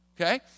Okay